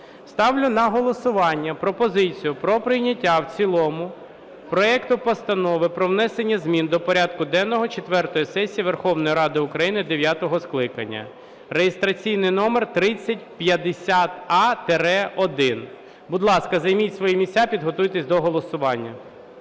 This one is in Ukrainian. Ставлю на голосування пропозицію про прийняття в цілому проекту Постанови про внесення змін до порядку денного четвертої сесії Верховної Ради України дев'ятого скликання (реєстраційний номер 3050а-1). Будь ласка, займіть свої місця, підготуйтесь до голосування.